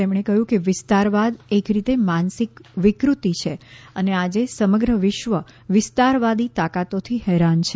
તેમણે કહ્યું કે વિસ્તારવાદ એક રીતે માનસિક વિકૃત્તિ છે અને આજે સમગ્ર વિશ્વ વિસ્તારવાદી તાકાતોથી હેરાન છે